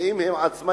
ואם הם עצמאים,